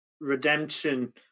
redemption